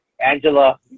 angela